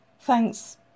Thanks